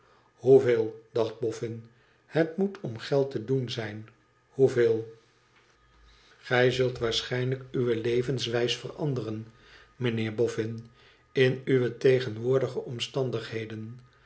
dacht boffin het moet om geld te doen zijn hoeveel gij zult waarschijnlijk uwe levenswijs veranderen mijnheer boffin in uwe tegenwoordige omstandigheden